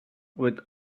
with